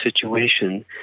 situation